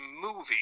movie